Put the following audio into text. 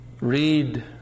Read